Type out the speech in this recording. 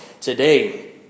today